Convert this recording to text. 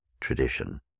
tradition